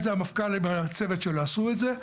והמפכ"ל עם הצוות שלו עשה את זה.